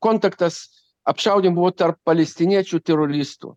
kontaktas apšaudymai buvo tarp palestiniečių teroristų